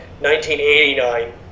1989